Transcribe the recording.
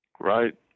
Right